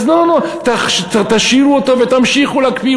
אז לא נורא, תשאירו אותו ותמשיכו להקפיא.